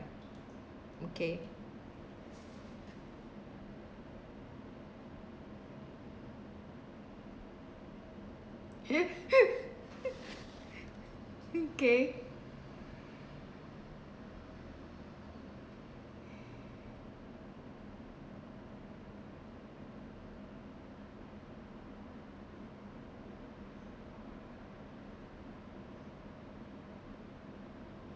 okay okay